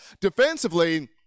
Defensively